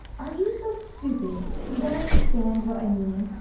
are you so stupid you don't understand what i mean?